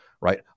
right